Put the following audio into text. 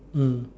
mm